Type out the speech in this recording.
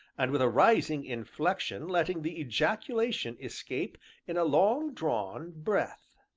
and with a rising inflection, letting the ejaculation escape in a long-drawn breath.